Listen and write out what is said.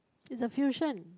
it's a fusion